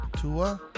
Tua